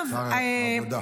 שר העבודה.